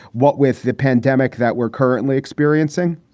what with the pandemic that we're currently experiencing?